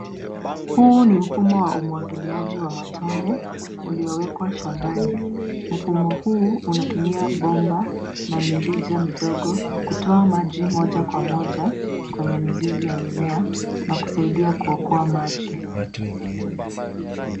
Huu ni mfumo wa umwagiliaji wa matone uliowekwa shambani. Mfumo huu unatumia bomba na mirija midogo kutoa maji moja kwa moja kwenye mizizi ya mimea na kusaidia kuokoa maji.